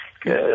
good